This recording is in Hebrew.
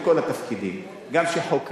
את כל התפקידים: גם של חוקרים,